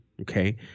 Okay